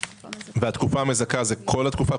התקופה המזכה היא כל התקופה,